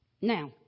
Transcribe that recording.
Now